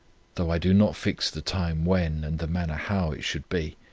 though i do not fix the time when, and the manner how it should be